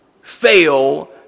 fail